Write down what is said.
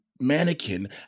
Mannequin